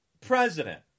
president